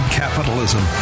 capitalism